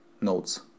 notes